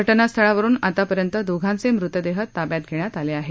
घटनास्थळावरून आतापर्यन्त दोघांचे मृतदेह ताब्यात घेण्यात आले आहेत